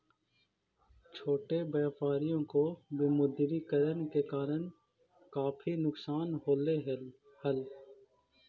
छोटे व्यापारियों को विमुद्रीकरण के कारण काफी नुकसान होलई हल